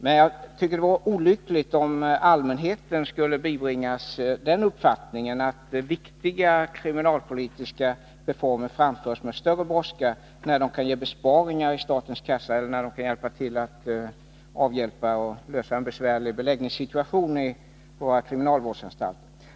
Men jag tycker att det vore olyckligt om allmänheten skulle bibringas den uppfattningen att viktiga kriminalpolitiska reformer genomförs med större brådska när de kan ge besparingar i statens kassa eller när de kan hjälpa till att lösa problem med en besvärlig beläggningssituation på våra kriminalvårdsanstalter.